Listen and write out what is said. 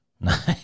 Nice